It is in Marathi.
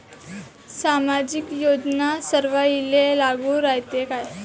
सामाजिक योजना सर्वाईले लागू रायते काय?